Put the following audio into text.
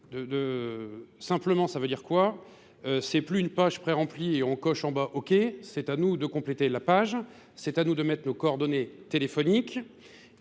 Simplement, ça veut dire quoi ? C'est plus une page pré-remplie et on coche en bas « ok », c'est à nous de compléter la page, c'est à nous de mettre nos coordonnées téléphoniques.